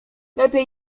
lepiej